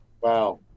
Wow